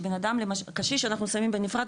קשיש אנחנו שמים בנפרד,